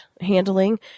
handling